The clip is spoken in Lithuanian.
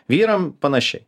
vyram panašiai